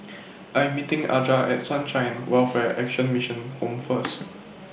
I Am meeting Aja At Sunshine Welfare Action Mission Home First